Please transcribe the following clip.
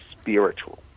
spiritual